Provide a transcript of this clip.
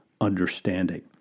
understanding